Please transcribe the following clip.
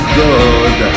good